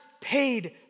paid